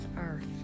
earth